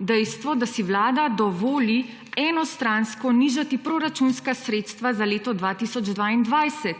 dejstvo, da si vlada dovoli enostransko nižati proračunska sredstva za leto 2022.